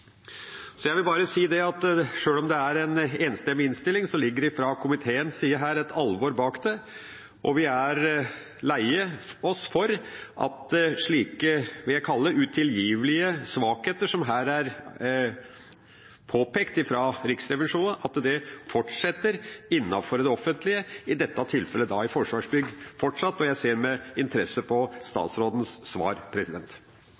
Jeg vil bare si at sjøl om det er en enstemmig innstilling, ligger det fra komiteens side et alvor bak. Vi er lei oss for at slike – jeg vil kalle det utilgivelige – svakheter som her er påpekt fra Riksrevisjonen, fortsetter innenfor det offentlige, i dette tilfellet i Forsvarsbygg. Jeg ser med interesse